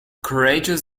courageous